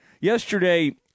Yesterday